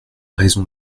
raison